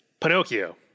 Pinocchio